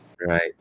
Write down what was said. right